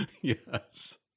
Yes